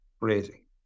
crazy